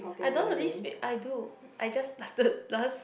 I don't really speak I do I just started last